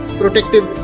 protective